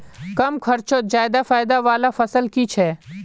कम खर्चोत ज्यादा फायदा वाला फसल की छे?